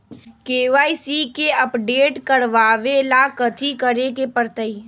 KYC के update करवावेला कथि करें के परतई?